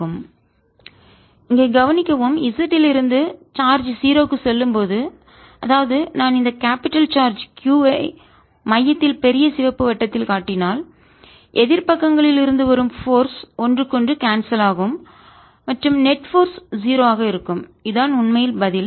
F14π0Qqz2R2zz2R214π0Qqzz2R232 Fnet14π012Qqzz2R232 இங்கே கவனிக்கவும் Z யில் இருந்து சார்ஜ் 0 க்குச் செல்லும் போது அதாவது நான் இந்த கேபிடல் பெரிய சார்ஜ் Q ஐ மையத்தில் பெரிய சிவப்பு வட்டத்தில் காட்டினால் எதிர் பக்கங்களில் இருந்து வரும் போர்ஸ் சக்திகள் ஒன்ருக்கு ஒன்று கான்செல் ஆகும் மற்றும் நெட் போர்ஸ் நிகர விசை 0 ஆக இருக்கும்இதுதான் உண்மையில் பதில்